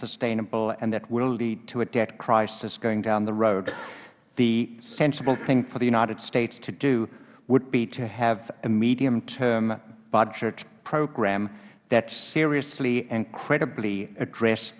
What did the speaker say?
unsustainable and that will lead to a debt crisis going down the road the sensible thing for the united states to do would be to have a medium term budget program that seriously and credibly address